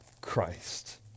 Christ